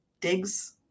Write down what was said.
digs